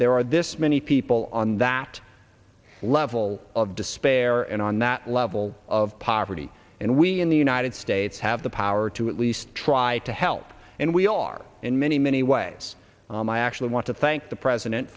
there are this many people on that level of despair and on that level of poverty and we in the united states have the power to at least try to help and we are in many many ways i actually want to thank the president